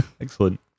Excellent